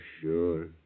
sure